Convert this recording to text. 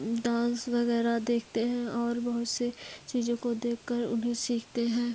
dance वगैरह देखते हैं और बहुत सी चीज़ो को देखकर उन्हें सीखते हैं